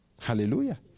Hallelujah